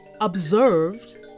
observed